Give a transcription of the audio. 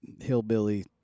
Hillbilly